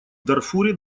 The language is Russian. дарфуре